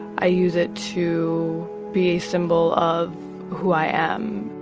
i use it to be a symbol of who i am